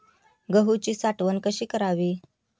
गहूची साठवण कशी करावी?